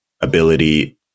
ability